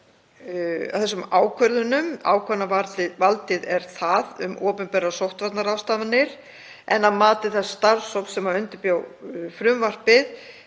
þessum ákvörðunum, ákvörðunarvaldið er þar, um opinberar sóttvarnaráðstafanir, en að mati þess starfshóps sem undirbjó frumvarpið